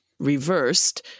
reversed